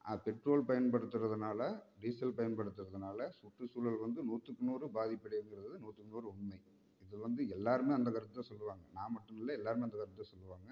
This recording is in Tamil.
பெட்ரோல் பயன்படுத்துகிறதுனால டீசல் பயன்படுத்துகிறதுனால சுற்றுச்சூழல் வந்து நூற்றுக்கு நூறு பாதிப்பு அடைகிறது நூற்றுக்கு நூறு உண்மை இதில் வந்து எல்லாருமே அந்த கருத்து தான் சொல்லுவாங்க நான் மட்டும் இல்லை எல்லாருமே அந்த கருத்து தான் சொல்லுவாங்க